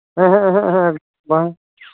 ᱮᱦᱮᱸᱜ ᱮᱦᱮᱸᱜ ᱵᱟᱝ